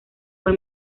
fue